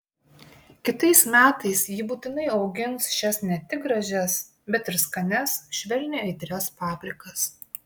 kitais metais ji būtinai augins šias ne tik gražias bet ir skanias švelniai aitrias paprikas